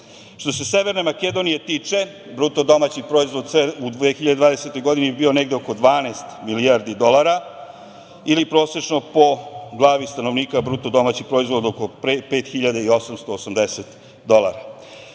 Što se Severne Makedonije tiče bruto domaćih proizvod se u 2020. godini je bio negde oko 12 milijardi dolara ili prosečno po glavi stanovnika je bruto proizvod oko 5.880 dolara. Znači,